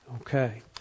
Okay